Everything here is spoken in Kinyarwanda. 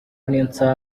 niyonsaba